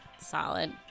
solid